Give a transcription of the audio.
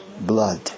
blood